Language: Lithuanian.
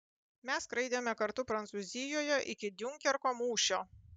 mes skraidėme kartu prancūzijoje iki diunkerko mūšio